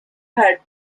had